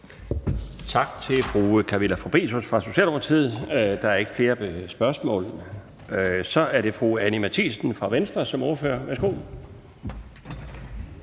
Tak til fru Camilla Fabricius fra Socialdemokratiet – der er ikke flere spørgsmål. Så er det fru Anni Matthiesen fra Venstre som ordfører. Værsgo.